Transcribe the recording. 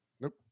Nope